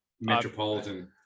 Metropolitan